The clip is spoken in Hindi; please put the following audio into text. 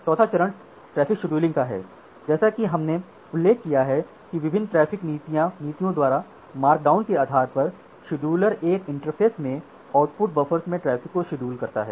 चौथा चरण ट्रैफ़िक शेड्यूलिंग का है जैसा कि हमने उल्लेख किया है कि विभिन्न ट्रैफ़िक नीतियों द्वारा मार्कडाउन के आधार पर शेड्यूलर एक इंटरफ़ेस के आउटपुट बफ़र्स में ट्रैफ़िक को शेड्यूल करता है